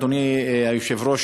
אדוני היושב-ראש,